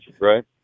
right